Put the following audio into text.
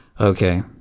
Okay